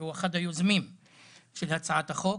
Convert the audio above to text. והוא אחד היוזמים של הצעת החוק,